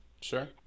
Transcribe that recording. Sure